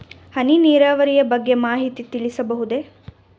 ಹನಿ ನೀರಾವರಿಯ ಬಗ್ಗೆ ಮಾಹಿತಿ ತಿಳಿಸಬಹುದೇ?